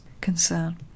concern